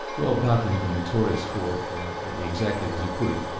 well barclay's been notorious for exactly as you put it,